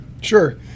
sure